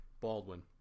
baldwin